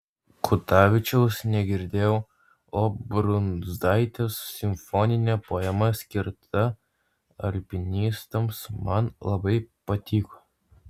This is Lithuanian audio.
kutavičiaus negirdėjau o brundzaitės simfoninė poema skirta alpinistams man labai patiko